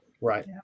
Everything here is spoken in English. Right